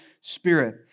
Spirit